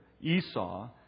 Esau